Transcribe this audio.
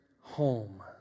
home